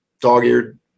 dog-eared